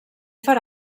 farà